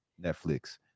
Netflix